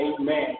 Amen